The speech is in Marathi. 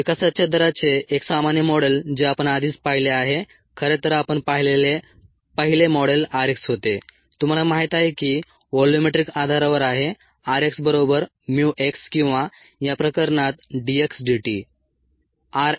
विकासाच्या दराचे एक सामान्य मॉडेल जे आपण आधीच पाहिले आहे खरेतर आपण पाहिलेले पहिले मॉडेल r x होते तुम्हाला माहित आहे की व्हॉल्यूमेट्रिक आधारावर आहे r x बरोबर mu x किंवा या प्रकरणात d x dt